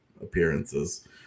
appearances